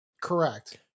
Correct